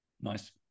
nice